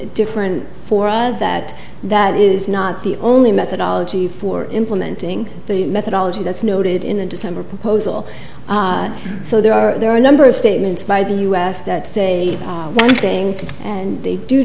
different for us that that is not the only methodology for implementing the methodology that's noted in the december proposal so there are there are a number of statements by the us that say one thing and they do